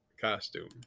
Costume